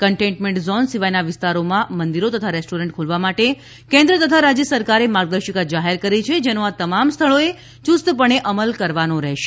containment zone સિવાયના વિસ્તારોમાં મંદિરો તથા રેસ્ટોરેન્ટ ખોલવા માટે કેન્દ્ર તથા રાજ્ય સરકારે માર્ગદર્શિકા જાહેર કરી છે જેનો આ તમામ સ્થળોએ યુસ્તપણે અમલ કરવાનો રહેશે